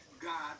God